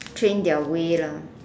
train their way lah